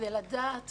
כדי לדעת